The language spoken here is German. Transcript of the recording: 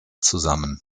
zusammen